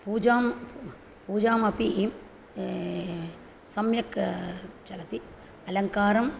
पूजा पूजापि सम्यक् चलति अलङ्कारम्